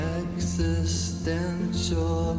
existential